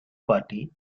party